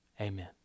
amen